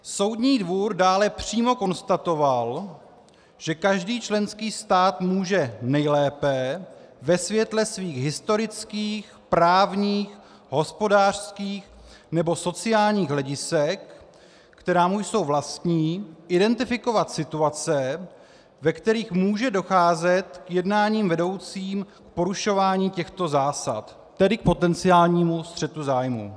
Soudní dvůr dále přímo konstatoval, že každý členský stát může nejlépe ve světle svých historických, právních, hospodářských nebo sociálních hledisek, která mu jsou vlastní, identifikovat situace, ve kterých může docházet k jednáním vedoucím k porušování těchto zásad, tedy k potenciálnímu střetu zájmů.